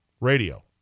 Radio